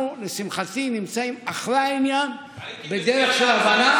אנחנו, לשמחתי, נמצאים אחרי העניין בדרך של הבנה.